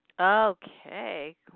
Okay